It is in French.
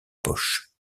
poche